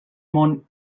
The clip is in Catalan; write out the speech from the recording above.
món